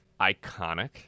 iconic